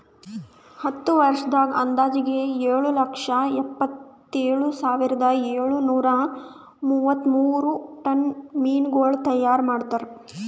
ಹತ್ತು ವರ್ಷದಾಗ್ ಅಂದಾಜಿಗೆ ಏಳು ಲಕ್ಷ ಎಪ್ಪತ್ತೇಳು ಸಾವಿರದ ಏಳು ನೂರಾ ಮೂವತ್ಮೂರು ಟನ್ ಮೀನಗೊಳ್ ತೈಯಾರ್ ಮಾಡ್ತಾರ